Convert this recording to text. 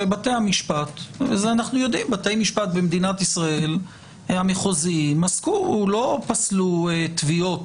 שבתי המשפט במדינת ישראל המחוזיים לא פסלו תביעות